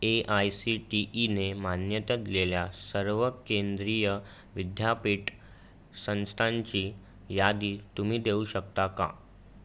A I C T ईने मान्यता दिलेल्या सर्व केंद्रीय विद्यापीठ संस्थांची यादी तुम्ही देऊ शकता का